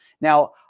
Now